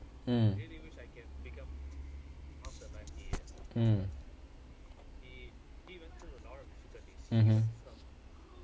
mm mm mmhmm